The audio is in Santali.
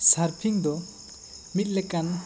ᱥᱟᱨᱯᱷᱤᱝ ᱫᱚ ᱢᱤᱫ ᱞᱮᱠᱟᱱ